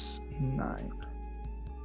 nine